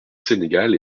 sénégal